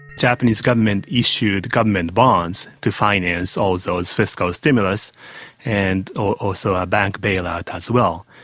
japanese government issued government bonds to finance all those fiscal stimulus and also a bank bailout as well.